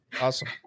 Awesome